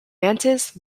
nantes